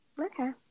okay